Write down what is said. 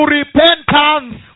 repentance